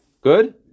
Good